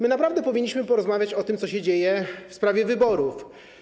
My naprawdę powinniśmy porozmawiać o tym, co dzieje się w sprawie wyborów.